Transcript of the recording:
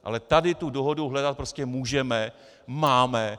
Ale tady tu dohodu hledat prostě můžeme, máme.